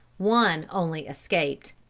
one only escaped.